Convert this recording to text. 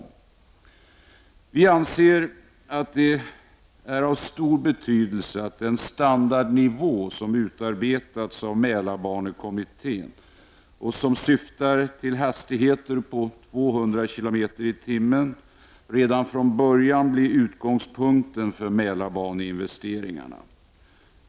Vi anser att det är av stor betydelse att den standardnivå som utarbetats av Mälarbanekommittén och som syftar till hastigheter på 200 km/tim redan från början blir utgångspunkten för Mälarbaneinvesteringarna.